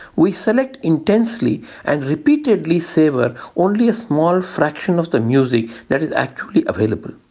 we select intensely and repeatedly savour only a small fraction of the music that is actually available.